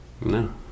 No